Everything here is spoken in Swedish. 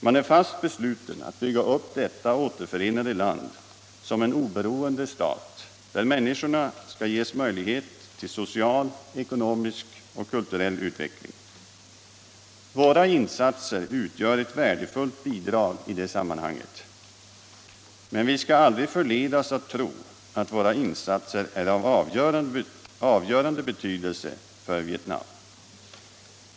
Man är fast besluten att bygga upp detta återförenade land som en oberoende stat där människorna skall ges möjlighet till social, ekonomisk och kulturell utveckling. Våra insatser utgör ett värdefullt bidrag i det sammanhanget. Men vi skall aldrig förledas att tro att våra insatser är av avgörande betydelse för Vietnam.